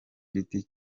giti